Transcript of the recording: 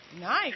Nice